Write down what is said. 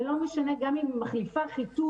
ולא משנה גם אם היא מחליפה חיתול,